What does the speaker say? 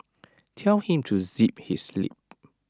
tell him to zip his lip